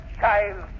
child